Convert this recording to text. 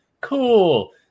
Cool